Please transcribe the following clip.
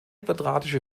quadratische